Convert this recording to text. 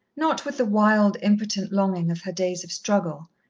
not with the wild, impotent longing of her days of struggle,